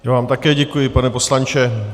Já vám také děkuji, pane poslanče.